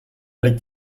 liegt